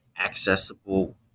accessible